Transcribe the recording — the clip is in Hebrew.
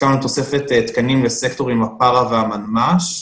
הוסכם על תוספת תקנים לסקטורים הפרא והמנמ"ש,